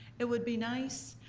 it would be nice.